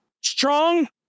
strong